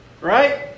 right